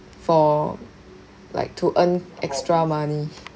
for like to earn extra money